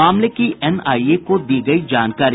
मामले की एनआईए को दी गयी जानकारी